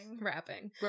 rapping